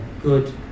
good